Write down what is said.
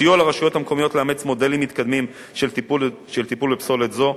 סיוע לרשויות המקומיות לאמץ מודלים מתקדמים של טיפול בפסולת זו,